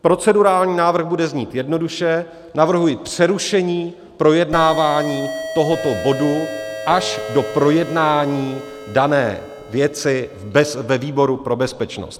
Procedurální návrh bude znít jednoduše, navrhuji přerušení projednání tohoto bodu až do projednání dané věci ve výboru pro bezpečnost.